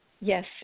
yes